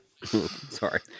Sorry